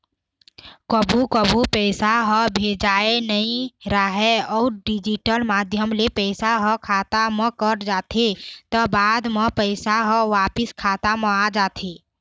कभू कभू पइसा ह भेजाए नइ राहय अउ डिजिटल माध्यम ले पइसा ह खाता म कट जाथे त बाद म पइसा ह वापिस खाता म आ जाथे